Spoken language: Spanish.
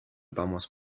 vamos